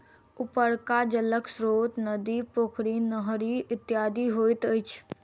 उपरका जलक स्रोत नदी, पोखरि, नहरि इत्यादि होइत अछि